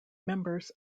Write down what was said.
members